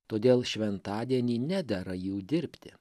todėl šventadienį nedera jų dirbti